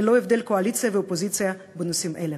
ללא הבדל קואליציה ואופוזיציה בנושאים אלה.